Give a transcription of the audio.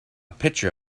picture